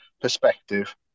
perspective